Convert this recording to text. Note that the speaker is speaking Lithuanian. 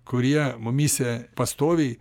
kurie mumyse pastoviai